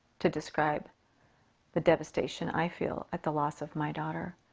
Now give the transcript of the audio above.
to describe the devastation i feel at the loss of my daughter.